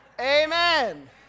Amen